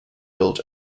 built